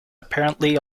apparently